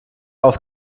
auf